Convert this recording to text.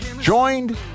Joined